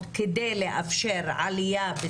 דבר שהוא בסופו של דבר יוביל